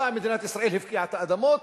באה מדינת ישראל והפקיעה את האדמות,